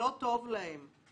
שלא טוב להם.